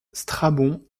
strabon